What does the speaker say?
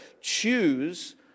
choose